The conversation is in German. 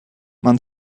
man